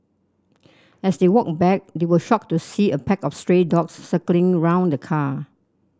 as they walked back they were shocked to see a pack of stray dogs circling around the car